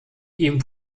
ihm